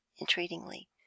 entreatingly